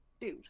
Dude